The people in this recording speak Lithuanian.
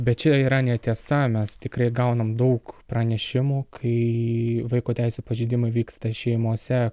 bet čia yra netiesa mes tikrai gaunam daug pranešimų kai vaiko teisių pažeidimai vyksta šeimose